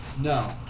No